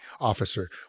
officer